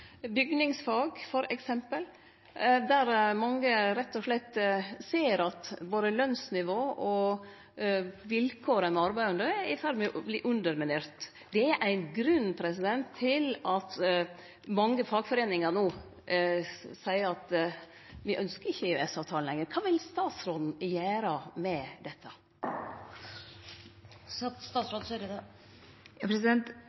slett ser at både lønsnivå og vilkåra ein arbeider under, er i ferd med å verte underminert. Det er ein grunn til at mange fagforeiningar no seier at me ikkje lenger ønskjer EØS-avtalen. Kva vil statsråden gjere med dette?